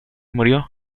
murió